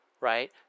Right